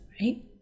right